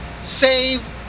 save